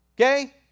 okay